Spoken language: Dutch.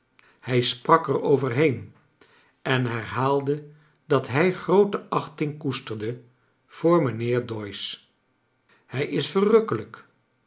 hij sprak er overheen en herhaalde dat hij groote achting koesterde voor mijnheer doyce hij is verrukkclijk